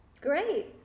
Great